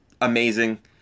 amazing